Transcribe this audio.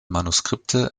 manuskripte